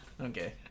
okay